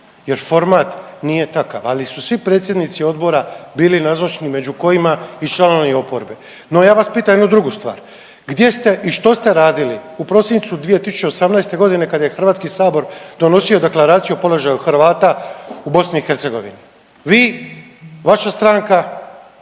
Jer format nije takav, ali su svi predsjednici odbora bili nazočni među kojima i članovi oporbe. No ja vas pitam jednu drugu stvar, gdje ste i što ste radili u prosincu 2018.g. kada je HS donosio Deklaraciju o položaju Hrvata u BiH? Vi, vaša stranka,